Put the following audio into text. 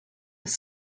with